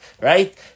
right